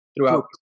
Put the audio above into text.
throughout